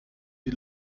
die